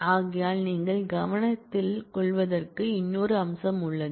ஆகையால் நீங்கள் கவனித்துக்கொள்வதற்கு இன்னொரு அம்சம் உள்ளது